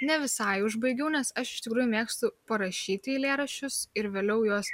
ne visai užbaigiau nes aš iš tikrųjų mėgstu parašyti eilėraščius ir vėliau juos